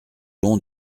long